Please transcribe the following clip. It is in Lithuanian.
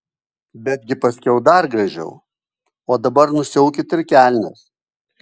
betgi paskiau dar gražiau o dabar nusiaukit ir kelnes